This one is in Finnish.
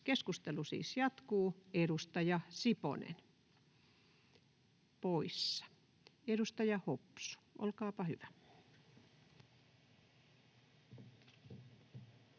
Keskustelu siis jatkuu. — Edustaja Siponen poissa. — Edustaja Hopsu, olkaapa hyvä.